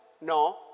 No